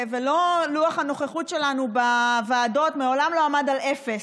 ולוח הנוכחות שלנו בוועדות מעולם לא עמד על אפס.